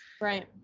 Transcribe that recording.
Right